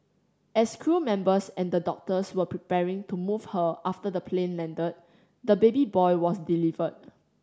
as crew members and the doctors were preparing to move her after the plane landed the baby boy was delivered